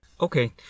Okay